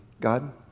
God